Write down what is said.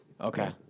Okay